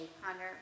Hunter